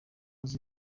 azi